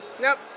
Nope